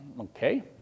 Okay